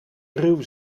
ruw